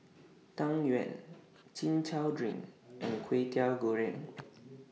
Tang Yuen Chin Chow Drink and Kway Teow Goreng